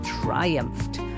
triumphed